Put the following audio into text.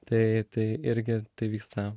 tai tai irgi tai vyksta